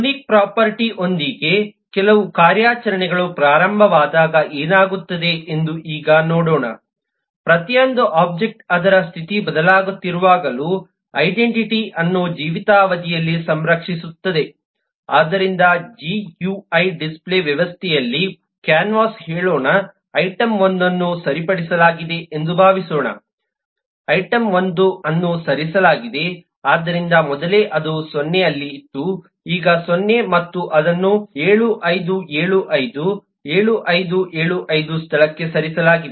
unique property ಒಂದಿಗೆ ಕೆಲವು ಕಾರ್ಯಾಚರಣೆಗಳು ಪ್ರಾರಂಭವಾದಾಗ ಏನಾಗುತ್ತದೆ ಎಂದು ಈಗ ನೋಡೋಣ ಪ್ರತಿಯೊಂದು ಒಬ್ಜೆಕ್ಟ್ ಅದರ ಸ್ಥಿತಿ ಬದಲಾಗುತ್ತಿರುವಾಗಲೂ ಐಡೆಂಟಿಟಿ ಅನ್ನು ಜೀವಿತಾವಧಿಯಲ್ಲಿ ಸಂರಕ್ಷಿಸುತ್ತದೆ ಆದ್ದರಿಂದ ಜಿಯುಐ ಡಿಸ್ಪ್ಲೇ ವ್ಯವಸ್ಥತೆಯಲ್ಲಿ ಕ್ಯಾನ್ವಾಸ್ನಲ್ಲಿ ಹೇಳೋಣ ಐಟಂ 1 ಅನ್ನು ಸರಿಸಲಾಗಿದೆ ಎಂದು ಭಾವಿಸೋಣ ಐಟಂ 1 ಅನ್ನು ಸರಿಸಲಾಗಿದೆ ಆದ್ದರಿಂದ ಮೊದಲೇ ಅದು 0 ಅಲ್ಲಿ ಇತ್ತು ಈಗ 0 ಮತ್ತು ಅದನ್ನು 7 5 7 5 75 75 ಸ್ಥಳಕ್ಕೆ ಸರಿಸಲಾಗಿದೆ